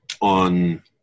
on